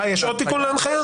מה, יש עוד תיקון להנחיה?